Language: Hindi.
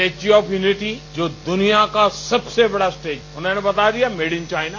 स्टेच्यू ऑफ यूनिटि जो दुनिया का सबसे बड़ा स्टेज मैने बता दिया मेड इन चाइना